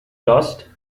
lost